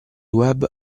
web